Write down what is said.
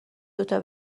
دوتا